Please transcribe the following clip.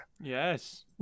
Yes